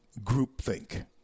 groupthink